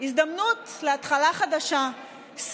הזדמנות להתחלה חדשה,